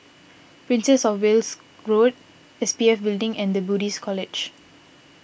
Princess of Wales Road S P F Building and the Buddhist College